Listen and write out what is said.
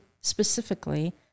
specifically